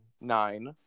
nine